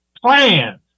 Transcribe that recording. plans